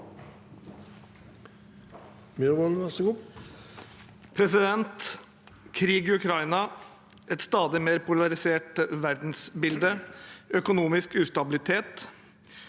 Krig i Ukrai- na, et stadig mer polarisert verdensbilde, økonomisk ustabilitet